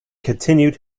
continued